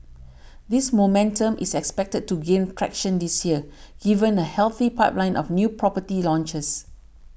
this momentum is expected to gain traction this year given a healthy pipeline of new property launches